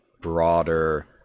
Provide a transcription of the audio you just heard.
broader